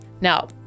Now